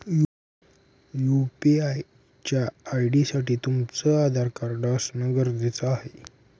UPI च्या ID साठी तुमचं आधार कार्ड असण गरजेच आहे